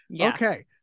Okay